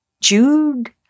Jude